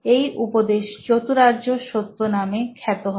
এই উপদেশ চতুরার্য সত্য নামে খ্যাত হয়